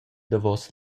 davos